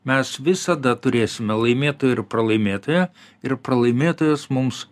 mes visada turėsime laimėtoją ir pralaimėtoją ir pralaimėtojas mums